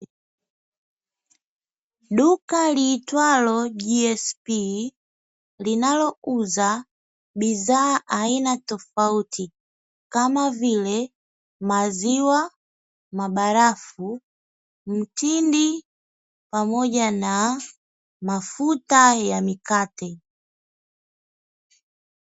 Duka liitwalo "GSP", linalouza bidhaa aina tofauti kama vile maziwa, barafu, mtindi pamoja na mafuta ya mikate.